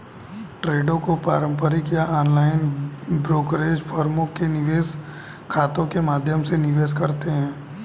ट्रेडों को पारंपरिक या ऑनलाइन ब्रोकरेज फर्मों के निवेश खातों के माध्यम से निवेश करते है